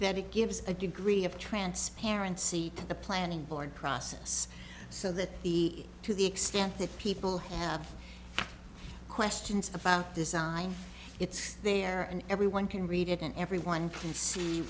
that it gives a degree of transparency to the planning board process so that the to the extent that people have questions about design it's there and everyone can read it and everyone can see